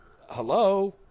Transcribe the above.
hello